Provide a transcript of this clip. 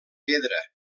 pedra